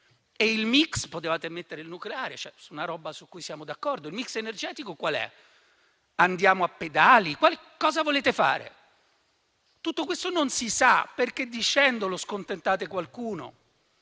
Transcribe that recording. energetico potevate mettere il nucleare, cioè una misura su cui siamo d'accordo. Qual è il *mix* energetico? Andiamo a pedali? Cosa volete fare? Tutto questo non si sa, perché dicendolo scontentate qualcuno.